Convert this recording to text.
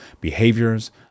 behaviors